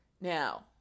Now